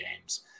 games